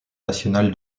national